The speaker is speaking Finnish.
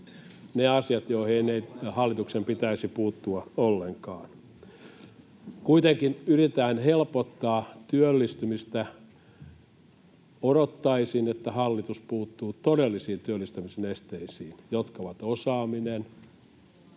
ne asiat, joihin ei hallituksen pitäisi puuttua ollenkaan. Kuitenkin yritetään helpottaa työllistymistä. Odottaisin, että hallitus puuttuu todellisiin työllistämisen esteisiin, jotka ovat osaaminen,